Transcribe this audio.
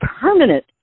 permanent